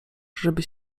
żeby